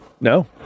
No